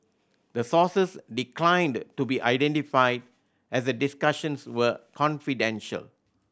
the sources declined to be identified as the discussions were confidential